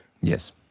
Yes